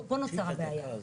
פה נוצרת הבעיה,